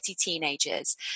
teenagers